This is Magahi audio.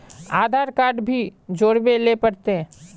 आधार कार्ड भी जोरबे ले पड़ते?